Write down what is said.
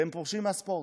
והם פורשים מהספורט,